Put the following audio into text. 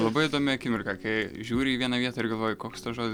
labai įdomi akimirka kai žiūri į vieną vietą ir galvoji koks tas žodis